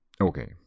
okay